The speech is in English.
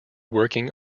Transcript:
working